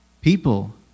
People